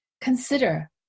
Consider